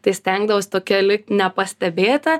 tai stengdavaus tokia likt nepastebėta